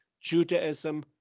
Judaism